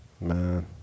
man